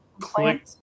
click